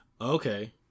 Okay